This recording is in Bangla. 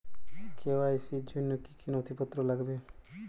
কে.ওয়াই.সি র জন্য কি কি নথিপত্র লাগবে?